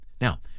Now